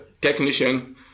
technician